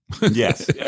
Yes